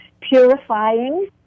purifying